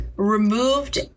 Removed